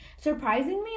Surprisingly